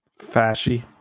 Fashy